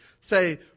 Say